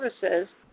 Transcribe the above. services